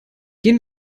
gehen